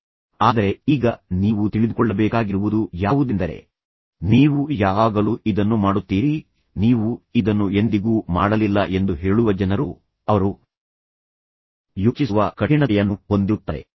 ಆದ್ದರಿಂದ ಸಂವಹನ ನಿರ್ಬಂಧಕಗಳು ಅದರ ಬಗ್ಗೆ ನಂತರ ಹೆಚ್ಚು ಮಾತನಾಡೋಣ ಆದರೆ ಈಗ ನೀವು ತಿಳಿದುಕೊಳ್ಳಬೇಕಾಗಿರುವುದು ಯಾವುದೆಂದರೆ ನೀವು ಯಾವಾಗಲೂ ಇದನ್ನು ಮಾಡುತ್ತೀರಿ ನೀವು ಇದನ್ನು ಎಂದಿಗೂ ಮಾಡಲಿಲ್ಲ ಎಂದು ಹೇಳುವ ಜನರು ಅವರು ಯೋಚಿಸುವ ಕಠಿಣತೆಯನ್ನು ಹೊಂದಿರುತ್ತಾರೆ